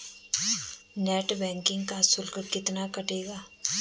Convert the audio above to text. Net banking का शुल्क कितना कटेगा?